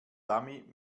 dummy